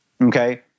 Okay